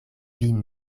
vin